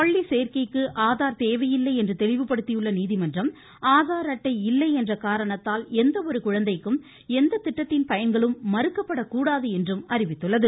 பள்ளி சேர்க்கைக்கு ஆதார் தேவையில்லை என்று தெளிவுபடுத்தியுள்ள நீதிமன்றம் ஆதார் அட்டை இல்லை என்ற காரணத்தால் எந்த ஒரு குழந்தைக்கும் எந்த திட்டத்தின் பயன்களும் மறுக்கப்படக்கூடாது என்றும் அறிவித்துள்ளது